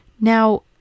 now